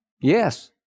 yes